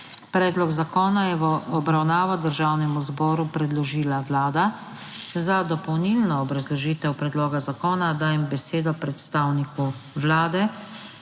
Predlog zakona je v obravnavo Državnemu zboru predložila Vlada. Za dopolnilno obrazložitev predloga zakona dajem besedo predstavniku Vlade,